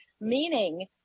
meaning